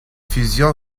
fusion